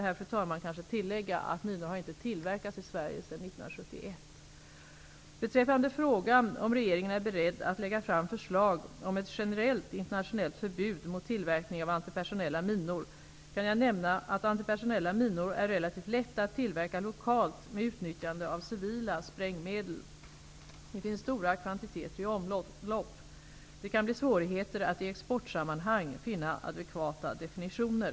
Här vill jag tillägga att minor inte tillverkats i Sverige sedan Beträffande frågan om regeringen är beredd att lägga fram förslag om ett generellt internationellt förbud mot tillverkning av antipersonella minor kan jag nämna att antipersonella minor är relativt lätta att tillverka lokalt med utnyttjande av civila sprängmedel. Det finns stora kvantiteter i omlopp. Det kan bli svårigheter att i exportsammanhang finna adekvata definitioner.